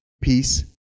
peace